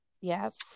yes